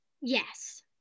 Yes